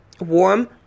warm